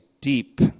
deep